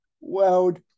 world